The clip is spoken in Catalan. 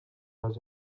les